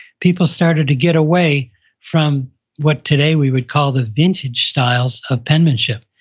people started to get away from what today we would call the vintage styles of penmanship.